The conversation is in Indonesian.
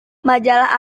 majalah